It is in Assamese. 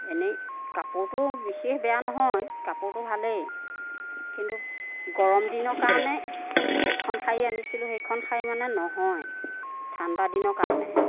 এনেই কাপোৰটো বিশেষ বেয়া নহয় কাপোৰটো ভালেই কিন্তু গৰম দিনৰ কাৰণে যিখন শাৰী আনিছিলোঁ সেই শাৰী মানে নহয় ঠাণ্ডা দিনৰ কাৰণেহে